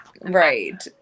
Right